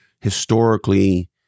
historically-